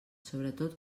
sobretot